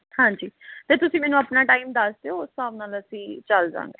ਹਾਂਜੀ ਅਤੇ ਤੁਸੀਂ ਮੈਨੂੰ ਆਪਣਾ ਟਾਈਮ ਦੱਸ ਦਿਓ ਉਸ ਹਿਸਾਬ ਨਾਲ ਅਸੀਂ ਚਲ ਜਾਵਾਂਗੇ